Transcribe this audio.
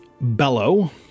Bellow